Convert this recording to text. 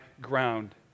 ground